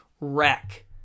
wreck